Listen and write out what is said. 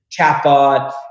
chatbot